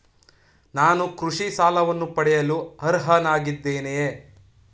ನಾನು ಕೃಷಿ ಸಾಲವನ್ನು ಪಡೆಯಲು ಅರ್ಹನಾಗಿದ್ದೇನೆಯೇ?